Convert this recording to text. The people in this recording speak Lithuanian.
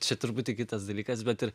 čia truputį kitas dalykas bet ir